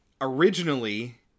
originally